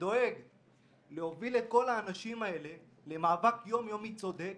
ודואג להוביל את כל האנשים האלה למאבק יומיומי צודק